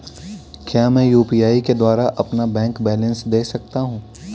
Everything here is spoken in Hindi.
क्या मैं यू.पी.आई के द्वारा अपना बैंक बैलेंस देख सकता हूँ?